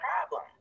problem